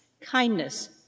kindness